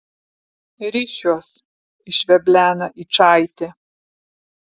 rišiuos išveblena yčaitė